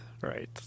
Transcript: Right